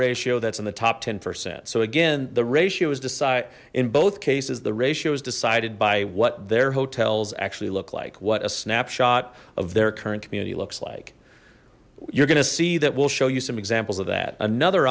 ratio that's in the top ten percent so again the ratio is decide in both cases the ratio is decided by what their hotels actually look like what a snapshot of their current community looks like you're gonna see that we'll show you some examples of that another